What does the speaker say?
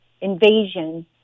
invasion